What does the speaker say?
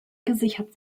gesichert